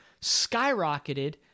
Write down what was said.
skyrocketed